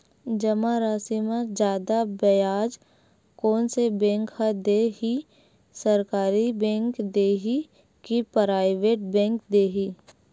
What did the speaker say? जमा राशि म जादा ब्याज कोन से बैंक ह दे ही, सरकारी बैंक दे हि कि प्राइवेट बैंक देहि?